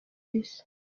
isi